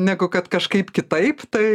negu kad kažkaip kitaip tai